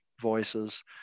voices